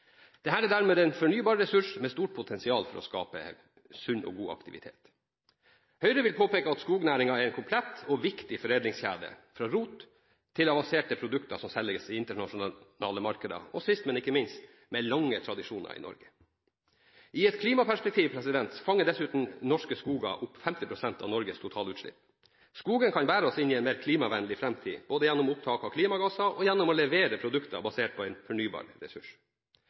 er dermed en fornybar ressurs med et stort potensial for å skape sunn og god aktivitet. Høyre vil påpeke at skognæringen er en komplett og viktig foredlingskjede, fra rot til avanserte produkter som selges i internasjonale markeder, og sist, men ikke minst, med lange tradisjoner i Norge. I et klimaperspektiv fanger dessuten norske skoger opp ca. 50 pst. av Norges totalutslipp. Skogen kan bære oss inn i en mer klimavennlig framtid gjennom opptak av klimagasser og gjennom å levere produkter basert på en fornybar ressurs.